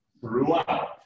throughout